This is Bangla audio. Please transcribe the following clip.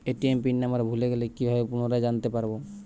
এ.টি.এম পিন নাম্বার ভুলে গেলে কি ভাবে পুনরায় জানতে পারবো?